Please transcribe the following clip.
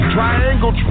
Triangle